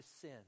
sin